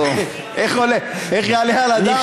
איך יעלה על הדעת כזה בכלל?